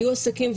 היו עסקים,